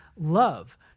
love